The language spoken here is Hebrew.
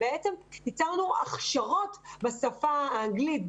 ביצענו הכשרות בשפה האנגלית,